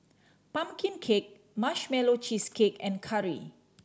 pumpkin cake Marshmallow Cheesecake and curry